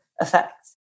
effects